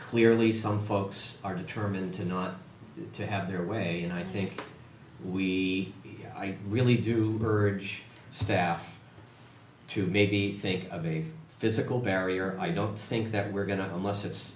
clearly some folks are determined to not to have their way and i think we really do urge staff to maybe think of a physical barrier i don't think that we're going to less it's